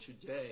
today